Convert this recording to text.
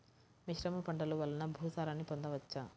మిశ్రమ పంటలు వలన భూసారాన్ని పొందవచ్చా?